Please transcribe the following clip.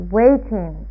waiting